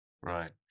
Right